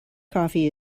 coffee